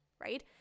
Right